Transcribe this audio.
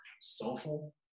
soulful